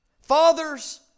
fathers